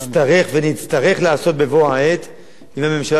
אם הממשלה תחזיק שנה וחודשיים ואז יהיה בחירות,